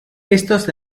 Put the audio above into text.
estos